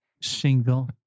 single